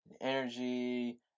energy